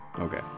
Okay